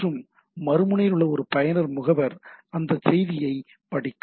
மற்றும் மறுமுனையில் உள்ள ஒரு பயனர் முகவர் அந்த அது செய்தியைப் படிக்கும்